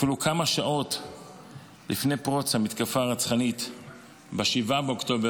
אפילו כמה שעות לפני פרוץ המתקפה הרצחנית ב-7 באוקטובר,